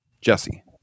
jesse